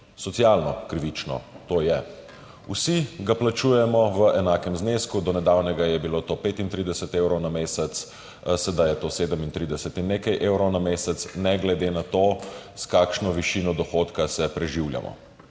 socialno krivično. To je, vsi ga plačujemo v enakem znesku, do nedavnega je bilo to 35 evrov na mesec, sedaj je to 37 in nekaj evrov na mesec, ne glede na to, s kakšno višino dohodka se preživljamo.